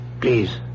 Please